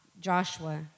Joshua